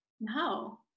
no